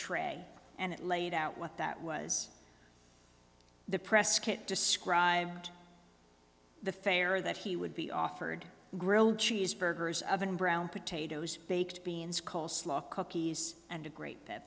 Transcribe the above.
tray and it laid out what that was the press kit described the fare that he would be offered grilled cheese burgers oven brown potatoes baked beans coleslaw cookies and a great